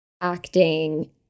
acting